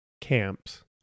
camps